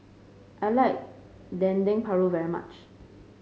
I like Dendeng Paru very much